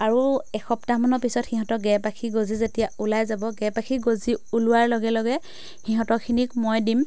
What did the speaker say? আৰু এসপ্তাহমানৰ পিছত সিহঁতৰ গেপাখি গজি যেতিয়া ওলাই যাব গেপাখি গজি ওলোৱাৰ লগে লগে সিহঁতৰখিনিক মই দিম